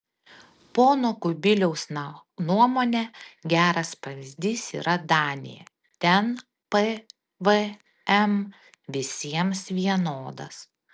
pono kubiliaus nuomone geras pavyzdys yra danija ten pvm visiems vienodas